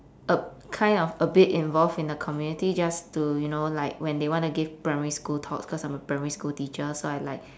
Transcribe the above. a kind of a bit involved in the community just to you know like when they want to give primary school talks cause I'm a primary school teacher so I like